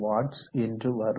13W என்று வரும்